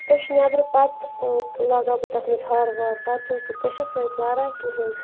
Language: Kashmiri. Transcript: کوٚش نٮ۪برٕ پَتہٕ لگاوٕ بہٕ تَتھ منٛز ہار وار پَتہٕ چھَنہٕ سۄ کٔشِس سۭتۍ لاران کِہیٖنۍ